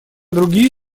другие